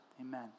Amen